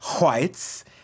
whites